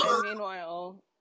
meanwhile